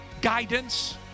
Guidance